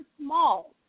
small